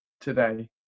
today